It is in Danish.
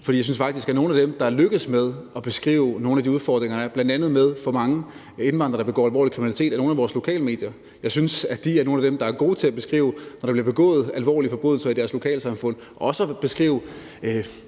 at det er lykkedes for nogle af vores lokale medier at beskrive nogle af de udfordringer, der er, bl.a. at der er for mange indvandrere, der begår alvorlig kriminalitet. Jeg synes, at de er nogle af dem, der er gode til at beskrive det, når der bliver begået alvorlige forbrydelser i deres lokalsamfund, herunder også hvad